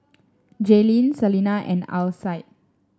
Jaelynn Selina and Alcide